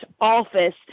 office